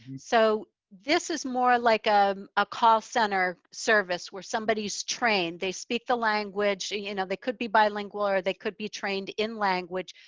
and so this is more like a ah call center service, where somebody is trained, they speak the language, and you know they could be bilingual or they could be trained in language.